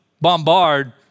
bombard